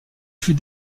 fut